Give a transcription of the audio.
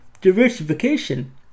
diversification